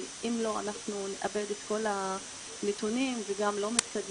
כי אם לא אנחנו נאבד את כל הנתונים וגם לא מתקדמים,